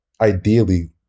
Ideally